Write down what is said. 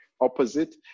opposite